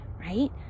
right